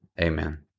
Amen